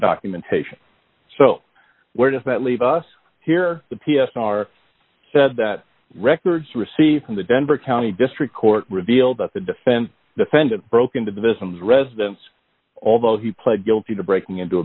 documentation so where does that leave us here the p s r said that records received from the denver county district court revealed that the defense defendant broke into the business residence although he pled guilty to breaking into a